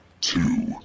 Two